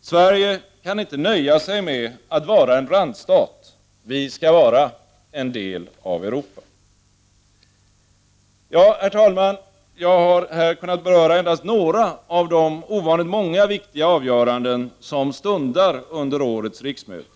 Sverige kan inte nöja sig med att vara en randstat — vi skall vara en del av Europa! Herr talman! Jag har här kunnat beröra endast några av de ovanligt många viktiga avgöranden som stundar under årets riksmöte.